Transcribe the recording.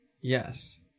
Yes